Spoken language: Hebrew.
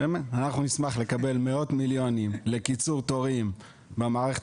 אנחנו נשמח לקבל מאות מיליונים לקיצור תורים במערכת